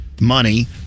money